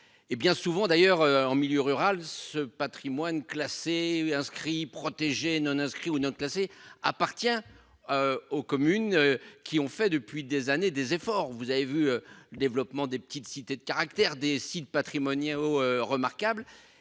Et bien souvent d'ailleurs en milieu rural, ce Patrimoine classés. Inscrits protéger non inscrits ou non classés appartient. Aux communes qui ont fait depuis des années des efforts. Vous avez vu le développement des petites cités de caractère des sites patrimoniaux remarquables